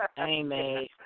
Amen